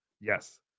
Yes